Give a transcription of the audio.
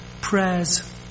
prayers